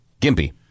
Gimpy